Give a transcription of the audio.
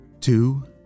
two